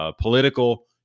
Political